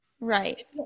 Right